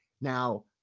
now